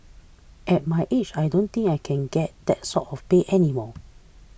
at my age I don't think I can get that sort of pay any more